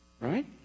right